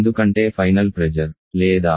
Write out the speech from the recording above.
ఎందుకంటే final pressure లేదా